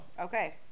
Okay